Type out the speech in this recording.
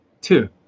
two